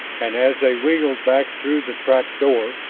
and as they wriggled back through the crack door,